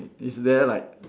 is there like